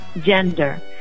gender